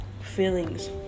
feelings